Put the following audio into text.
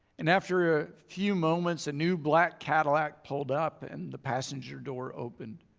and after a few moments a new black cadillac pulled up and the passenger door opened.